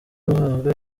uhabwa